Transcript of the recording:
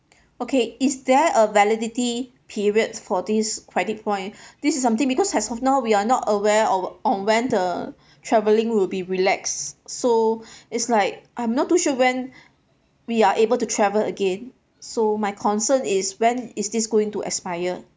okay is there a validity period for this credit point this is something because as of now we are not aware of on when the travelling will be relaxed so it's like I'm not too sure when we are able to travel again so my concern is when is this going to expire